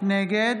נגד